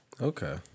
Okay